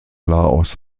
laos